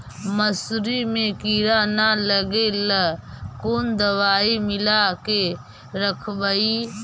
मसुरी मे किड़ा न लगे ल कोन दवाई मिला के रखबई?